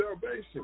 salvation